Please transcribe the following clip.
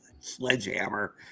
Sledgehammer